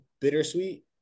bittersweet